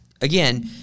Again